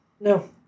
No